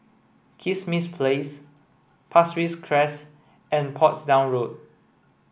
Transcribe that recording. Kismis Place Pasir Ris Crest and Portsdown Road